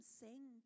sing